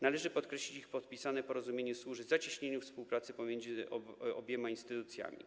Należy podkreślić, iż podpisane porozumienie służy zacieśnieniu współpracy pomiędzy obiema instytucjami.